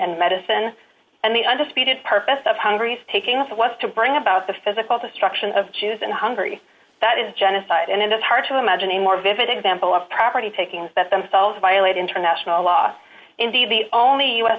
and medicine and the undisputed purpose of hungary's taking us was to bring about the physical destruction of jews in hungary that is genocide and it is hard to imagine a more vivid example of property taking themselves violate international law indeed the only u